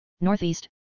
Northeast